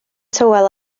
tywel